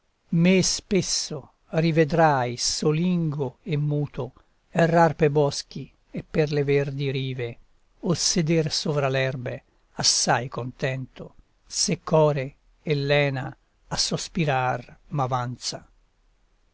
me spesso rivedrai solingo e muto errar pe boschi e per le verdi rive o seder sovra l'erbe assai contento se core e lena a sospirar m'avanza